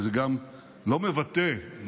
וזה גם לא מבטא,